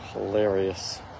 Hilarious